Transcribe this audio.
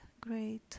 great